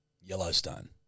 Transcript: Yellowstone